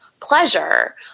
pleasure